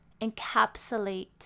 encapsulate